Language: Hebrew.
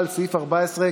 אתה רב-פעלים.